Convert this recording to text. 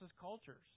cultures